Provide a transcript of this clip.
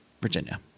Virginia